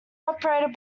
operated